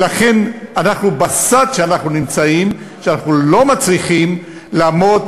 ולכן, בסד שאנחנו נמצאים, אנחנו לא מצליחים לעמוד